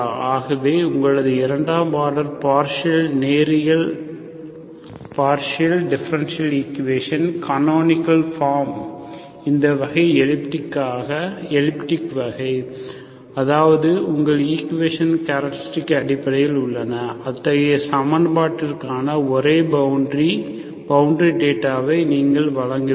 ஆகவே உங்கள் இரண்டாம் ஆர்டர் பார்ஷியல் நேரியல் பார்ஷியல் டிஃபரென்ஷியல் ஈக்குவேஷனின் கனோனிக்கள் ஃபார்ம் இந்த வகை எலிப்டிக் ஆக வகை அதாவது உங்கள் ஈக்குவேஷனின் கேராக்டரிஸ்டிக் அடிப்படையில் உள்ளன அத்தகைய சமன்பாட்டிற்கான ஒரே பவுண்டரி பவுண்டரி டேட்டாவை நீங்கள் வழங்க வேண்டும்